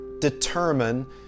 determine